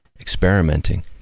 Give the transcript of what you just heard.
experimenting